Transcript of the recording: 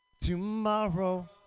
tomorrow